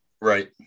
Right